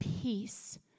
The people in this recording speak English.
peace